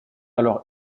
alors